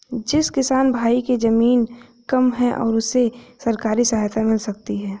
जिस किसान भाई के ज़मीन कम है क्या उसे सरकारी सहायता मिल सकती है?